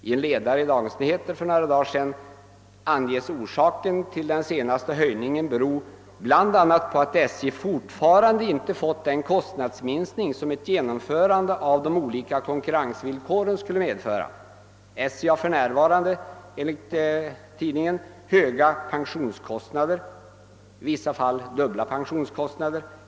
I en ledare i Dagens Nyheter för några dagar sedan anges orsaken till den senaste höjningen vara bl.a. att SJ fortfarande inte fått den kostnadsminskning som ett genomförande av de lika konkurrensvillkoren skulle medföra. SJ har för närvarande enligt tidningen höga pensionskostnader, i vissa fall dubbla pensionskostnader.